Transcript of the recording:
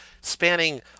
spanning